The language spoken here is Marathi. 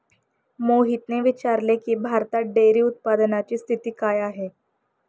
मोहितने विचारले की, भारतात डेअरी उत्पादनाची स्थिती काय आहे?